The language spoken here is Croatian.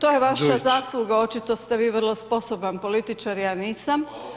To je vaša zasluga, očito ste vi vrlo sposoban političar, ja nisam